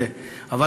כפי שאתה מכיר אותי,